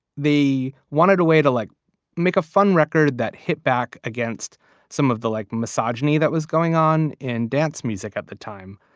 wanted a way to like make a fun record that hit back against some of the like misogyny that was going on in dance music at the time.